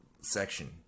section